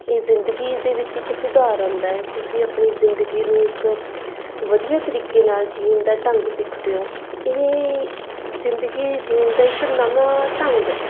ਇਹ ਜ਼ਿੰਦਗੀ ਦੇ ਵਿੱਚ ਇੱਕ ਸੁਧਾਰ ਆਉਂਦਾ ਤੁਸੀਂ ਆਪਣੀ ਜ਼ਿੰਦਗੀ ਨੂੰ ਇੱਕ ਵਧੀਆ ਤਰੀਕੇ ਨਾਲ ਜੀਣ ਦਾ ਢੰਗ ਸਿੱਖਦੇ ਹੋ ਇਹ ਜ਼ਿੰਦਗੀ ਜੀਣ ਦਾ ਇੱਕ ਨਵਾਂ ਢੰਗ ਹੈ